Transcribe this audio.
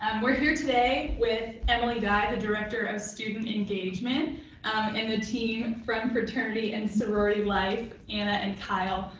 we're here today with emilie dye, the director of student engagement and and the team from fraternity and sorority life, anna and kyle.